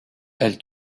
elle